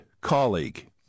colleague